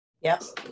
Yes